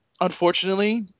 unfortunately